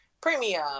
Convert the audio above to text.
Premium